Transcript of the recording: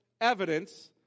evidence